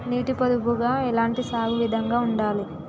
నీటి పొదుపుగా ఎలాంటి సాగు విధంగా ఉండాలి?